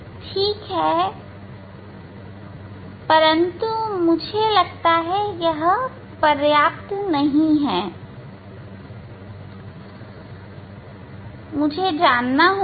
ठीक है परंतु मुझे लगता है यह पर्याप्त नहीं है मुझे जानना होगा